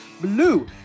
Blue